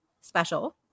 special